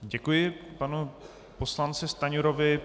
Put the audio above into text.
Děkuji panu poslanci Stanjurovi.